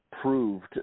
proved